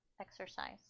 exercise